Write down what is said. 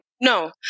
No